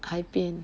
海边